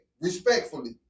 Respectfully